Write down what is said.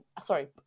Sorry